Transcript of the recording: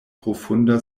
profunda